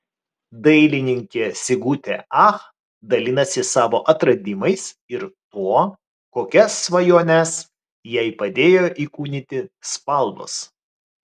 dailininkė sigutė ach dalinasi savo atradimais ir tuo kokias svajones jai padėjo įkūnyti spalvos